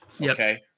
Okay